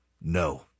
No